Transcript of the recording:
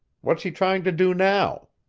what's he trying to do now?